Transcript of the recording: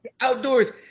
outdoors